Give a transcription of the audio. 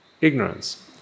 ignorance